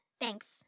Thanks